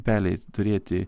pelei turėti